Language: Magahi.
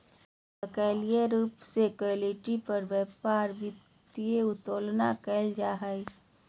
वैकल्पिक रूप से इक्विटी पर व्यापार वित्तीय उत्तोलन कहल जा हइ